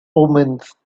omens